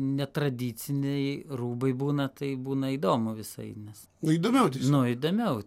netradiciniai rūbai būna tai būna įdomu visai nes naujau įdomiau ten tokie nematyti nes įdomiau